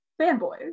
fanboys